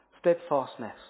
Steadfastness